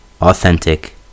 authentic